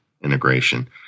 integration